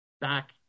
back